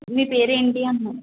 మీ పేరేంటి అంటున్నా